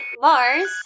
Mars